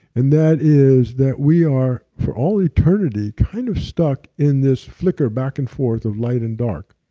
and that is that we are, for all eternity, kind of stuck in this flicker back and forth of light and dark,